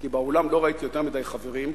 כי באולם לא ראיתי יותר מדי חברים.